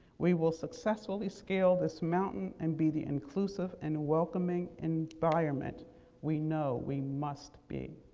we will successfully scale this mountain and be the inclusive and welcoming environment we know we must be.